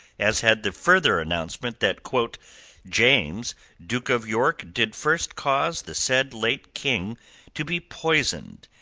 as had the further announcement that james duke of york did first cause the said late king to be poysoned,